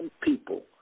people